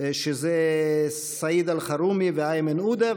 שזה סעיד אלחרומי ואיימן עודה,